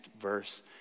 verse